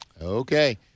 Okay